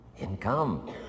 income